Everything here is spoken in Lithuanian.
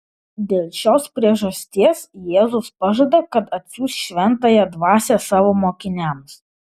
dėl šios priežasties jėzus pažada kad atsiųs šventąją dvasią savo mokiniams